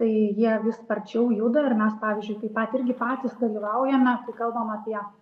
tai jie vis sparčiau juda ir mes pavyzdžiui taip pat irgi patys dalyvaujame kai kalbam apie